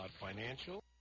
financial